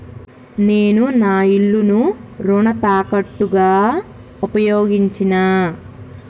నేను నా ఇల్లును రుణ తాకట్టుగా ఉపయోగించినా